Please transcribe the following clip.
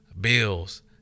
bills